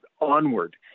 onward